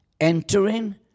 entering